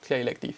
their elective